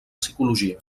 psicologia